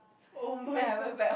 oh-my-god